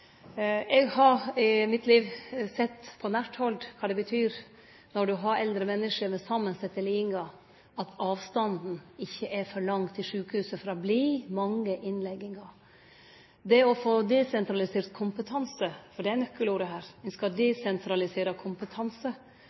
Eg har i mitt liv sett på nært hald kva det betyr at avstanden ikkje er for lang til sjukehuset når ein har eldre menneske med samansette lidingar, for det vert mange innleggingar. Nykelordet her er at ein skal få desentralisert kompetanse. Dei som treng sjukehusinnlegging, skal